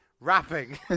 rapping